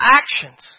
actions